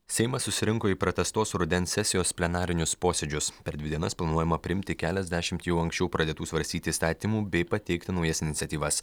seimas susirinko į pratęstos rudens sesijos plenarinius posėdžius per dvi dienas planuojama priimti keliasdešimt jau anksčiau pradėtų svarstyti įstatymų bei pateikti naujas iniciatyvas